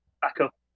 backup